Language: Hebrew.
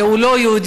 כי הוא לא יהודי,